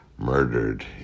Murdered